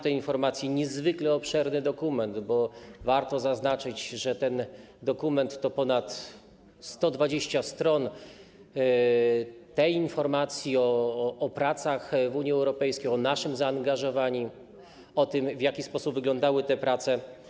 To niezwykle obszerny dokument, bo warto zaznaczyć, że ten dokument to ponad 120 stron informacji o pracach w Unii Europejskiej, o naszym zaangażowaniu, o tym, w jaki sposób wyglądały te prace.